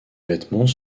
vêtements